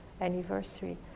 anniversary